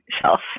shelf